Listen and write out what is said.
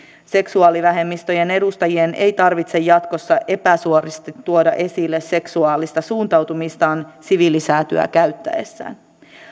seksuaalivähemmistöjen edustajien ei tarvitse jatkossa epäsuorasti tuoda esille seksuaalista suuntautumistaan siviilisäätyä käyttäessään